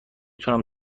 تونم